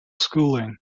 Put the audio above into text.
schooling